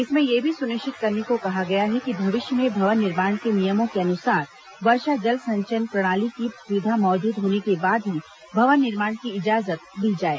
इसमें यह भी सुनिश्चित करने को कहा गया है कि भविष्य में भवन निर्माण के नियमों के अनुसार वर्षा जल संचयन प्रणाली की सुविधा मौजूद होने के बाद ही भवन निर्माण की इजाजत दी जाए